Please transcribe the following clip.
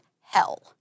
hell